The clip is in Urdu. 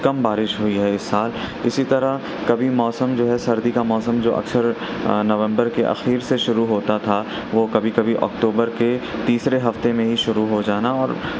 کم بارش ہوئی ہے اِس سال اِسی طرح کبھی موسم جو ہے سردی کا موسم جو اکثر نومبر کے آخر سے شروع ہوتا تھا وہ کبھی کبھی اکتوبر کے تیسرے ہفتے میں ہی شروع ہو جانا اور